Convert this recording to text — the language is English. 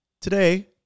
Today